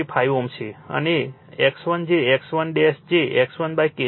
125 Ω છે અને X1 જે X1 જે X1 K2 હશે તે 10